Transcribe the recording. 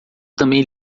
também